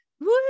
Woo